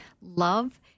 Love